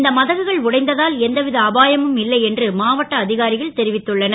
இந்த மதகுகள் உடைந்ததால் எந்தவித அபாயமும் இல்லை என்று மாவட்ட அ காரிகள் தெரிவித்துள்ளனர்